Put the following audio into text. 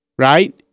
Right